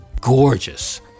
gorgeous